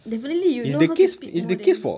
definitely you'd know how to speak more than